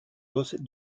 recettes